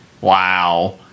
Wow